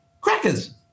crackers